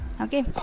okay